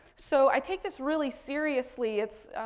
so, i take this really seriously. it's,